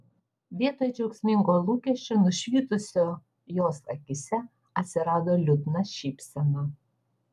vietoj džiaugsmingo lūkesčio nušvitusio jos akyse atsirado liūdna šypsena